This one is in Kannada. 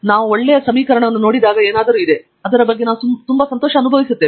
ನಾವು ಒಳ್ಳೆಯ ಸಮೀಕರಣವನ್ನು ನೋಡಿದಾಗ ಏನಾದರೂ ಇದೆ ಅದರ ಬಗ್ಗೆ ನಾವು ತುಂಬಾ ಸಂತೋಷವನ್ನು ಅನುಭವಿಸುತ್ತೇವೆ